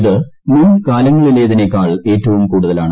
ഇത് മുൻ കാലങ്ങളിലേതിനെക്കാൾ ഏറ്റവും കൂടുതലാണ്